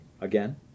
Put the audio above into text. Again